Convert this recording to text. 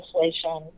legislation